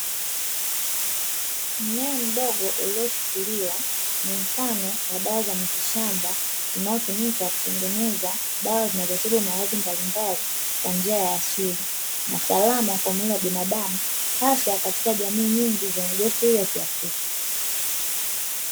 Mmea mdogo ulioshikiliwa, ni mfano wa dawa za mitishamba unaotumika kutengeneza dawa zinazotibu maradhi mbalimbali kwa njia ya asili, na salama kwenye mwili wa binadamu, hasa katika jamii nyingi zenye desturi ya kiafrika.